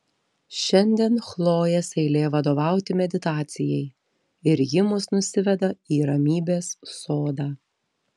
šiandien chlojės eilė vadovauti meditacijai ir ji mus nusiveda į ramybės sodą